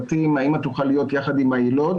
מלאות,